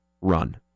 run